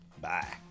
Bye